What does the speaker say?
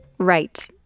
Right